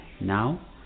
now